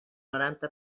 noranta